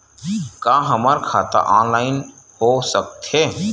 का हमर खाता ऑनलाइन हो सकथे?